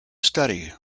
study